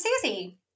Susie